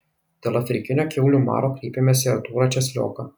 dėl afrikinio kiaulių maro kreipėmės į artūrą česlioką